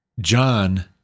John